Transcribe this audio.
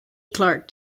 clark